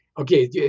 Okay